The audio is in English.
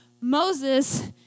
Moses